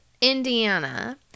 Indiana